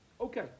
Okay